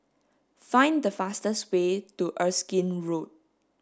find the fastest way to Erskine Road